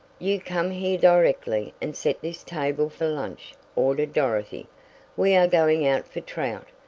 you come here directly, and set this table for lunch, ordered dorothy we are going out for trout,